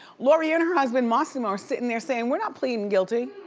lori and her husband mossimo are sitting there saying, we're not pleading guilty,